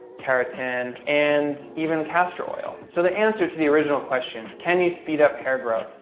keratin and even castor oil. so the answer to the original question, can you speed up hair growth?